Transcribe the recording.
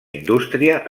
indústria